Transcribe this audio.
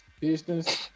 Pistons